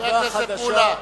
חבר הכנסת מולה.